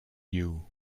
you